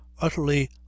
utterly